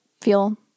feel